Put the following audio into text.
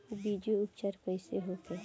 बीजो उपचार कईसे होखे?